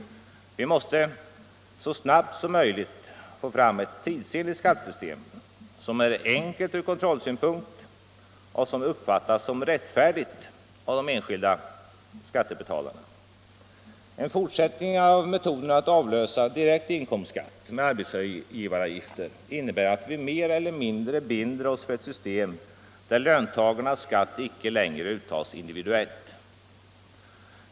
Vi måste så snabbt som möjligt få fram ett tidsenligt skattesystem, som är enkelt ur kontrollsynpunkt och som uppfattas som rättfärdigt av de enskilda skattebetalarna. En fortsättning av metoden att avlösa direkt inkomstskatt med arbetsgivaravgifter innebär att vi mer eller mindre binder oss för ett system där löntagarnas skatt icke längre uttas individuellt.